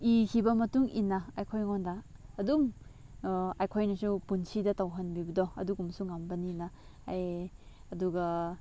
ꯏꯈꯤꯕ ꯃꯇꯨꯡ ꯏꯟꯅ ꯑꯩꯈꯣꯏꯉꯣꯟꯗ ꯑꯗꯨꯝ ꯑꯩꯈꯣꯏꯅꯕꯁꯨ ꯄꯨꯟꯁꯤꯗ ꯇꯧꯍꯟꯕꯤꯕꯗꯣ ꯑꯗꯨꯒꯨꯝꯕꯁꯨ ꯉꯝꯕꯅꯤꯅ ꯑꯩ ꯑꯗꯨꯒ